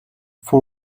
for